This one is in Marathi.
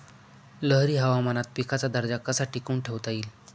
लहरी हवामानात पिकाचा दर्जा कसा टिकवून ठेवता येईल?